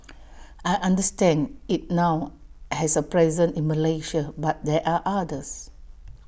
I understand IT now has A presence in Malaysia but there are others